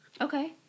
Okay